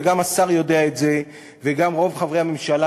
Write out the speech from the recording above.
וגם השר יודע את זה וגם רוב חברי הממשלה